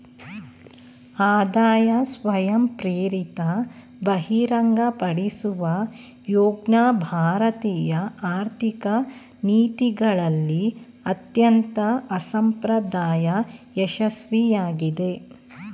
ಆದಾಯ ಸ್ವಯಂಪ್ರೇರಿತ ಬಹಿರಂಗಪಡಿಸುವ ಯೋಜ್ನ ಭಾರತೀಯ ಆರ್ಥಿಕ ನೀತಿಗಳಲ್ಲಿ ಅತ್ಯಂತ ಅಸಂಪ್ರದಾಯ ಯಶಸ್ವಿಯಾಗಿದೆ